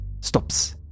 stops